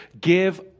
give